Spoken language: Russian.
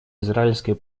израильской